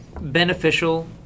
beneficial